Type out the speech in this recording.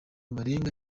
barenga